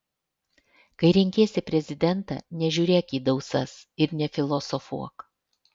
kai renkiesi prezidentą nežiūrėk į dausas ir nefilosofuok